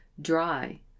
Dry